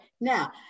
now